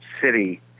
city